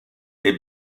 les